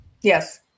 yes